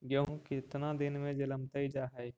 गेहूं केतना दिन में जलमतइ जा है?